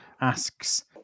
asks